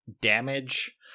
damage